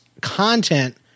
content